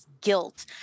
guilt